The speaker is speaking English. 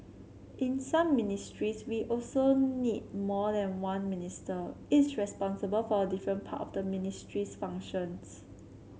in some ministries we also need more than one minister each responsible for a different part of the ministry's functions